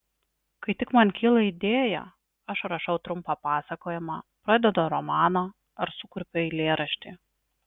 kai tik man kyla idėja aš rašau trumpą pasakojimą pradedu romaną ar sukurpiu eilėraštį